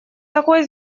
такой